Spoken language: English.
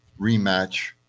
rematch